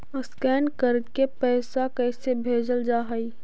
Scan करके पैसा कैसे भेजल जा हइ?